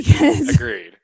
Agreed